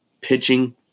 Pitching